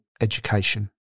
Education